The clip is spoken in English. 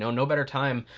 no no better time.